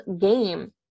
game